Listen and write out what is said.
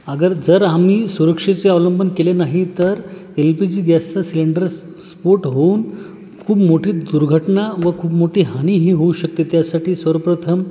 अगर जर आम्ही सुरक्षेचे अवलंबन केले नाही तर एल पी जी गॅसचा सिलेंडर स स्फोट होऊन खूप मोठी दुर्घटना व खूप मोठी हानीही होऊ शकते त्यासाठी सर्वप्रथम